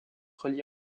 reliés